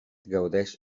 gaudeix